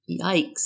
Yikes